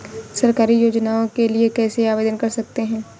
सरकारी योजनाओं के लिए कैसे आवेदन कर सकते हैं?